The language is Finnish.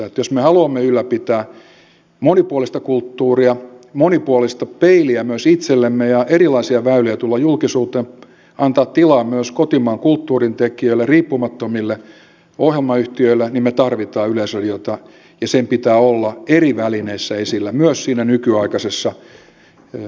eli jos me haluamme ylläpitää monipuolista kulttuuria monipuolista peiliä myös itsellemme ja erilaisia väyliä tulla julkisuuteen antaa tilaa myös kotimaan kulttuurin tekijöille riippumattomille ohjelmayhtiöille niin me tarvitsemme yleisradiota ja sen pitää olla eri välineissä esillä myös siinä nykyaikaisessa